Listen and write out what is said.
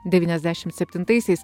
devyniasdešimt septintaisiais